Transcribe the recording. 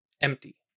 empty